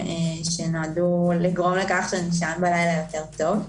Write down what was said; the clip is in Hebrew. שנועדו לגרום לכך שנישן בלילה טוב יותר.